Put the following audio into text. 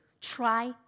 try